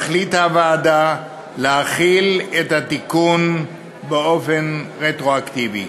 החליטה הוועדה להחיל את התיקון באופן רטרואקטיבי.